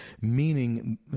meaning